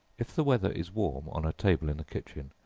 if the weather is warm, on a table in the kitchen,